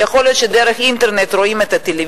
כי יכול להיות שדרך האינטרנט הם רואים טלוויזיה.